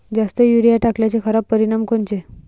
जास्त युरीया टाकल्याचे खराब परिनाम कोनचे?